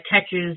catches